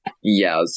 yes